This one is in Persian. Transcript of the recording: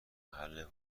محل